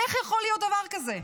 איך יכול להיות דבר כזה?